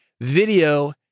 Video